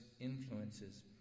influences